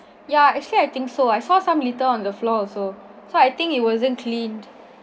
ya actually I think so I saw some litter on the floor also so I think it wasn't cleaned